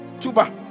Tuba